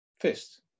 fist